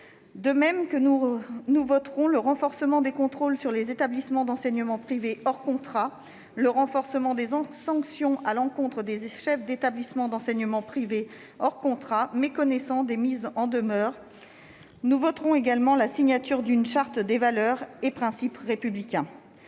de laïcité. Nous voterons le renforcement des contrôles sur les établissements d'enseignement privés hors contrat, le renforcement des sanctions à l'encontre des chefs d'établissement d'enseignement privés hors contrat méconnaissant des mises en demeure et la signature d'une charte des valeurs et principes républicains.